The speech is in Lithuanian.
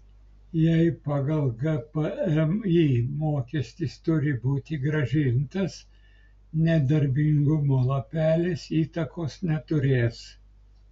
jei pagal gpmį mokestis turi būti grąžintas nedarbingumo lapelis įtakos neturės